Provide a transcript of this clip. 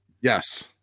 yes